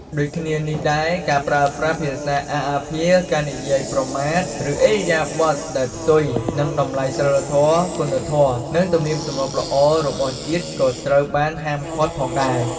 ដូចគ្នានេះដែរ ការប្រើប្រាស់ភាសាអាសអាភាស ការនិយាយប្រមាថ ឬឥរិយាបថដែលផ្ទុយនឹងតម្លៃសីលធម៌ គុណធម៌ និងទំនៀមទម្លាប់ល្អរបស់ជាតិ ក៏ត្រូវបានហាមឃាត់ផងដែរ។